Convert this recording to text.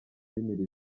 yimirije